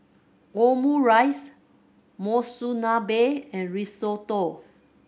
Omurice Monsunabe and Risotto